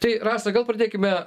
tai rasa gal pradėkime